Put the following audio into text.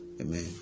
Amen